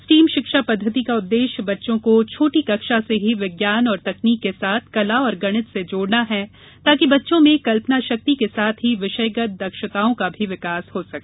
steam शिक्षा पद्धति का उद्देश्य बच्चों को छोटी कक्षा से ही विज्ञान और तकनीक के साथ कला और गणित से जोड़ना है ताकि बच्चों में कल्पना शक्ति के साथ ही विषयगत दक्षताओं का भी विकास हो सके